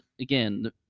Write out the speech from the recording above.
again